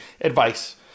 advice